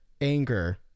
anger